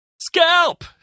Scalp